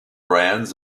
brands